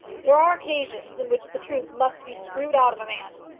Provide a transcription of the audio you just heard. there are occasions in which the truth must be screwed out of a man.